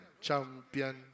Champion